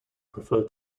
prefer